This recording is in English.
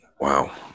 Wow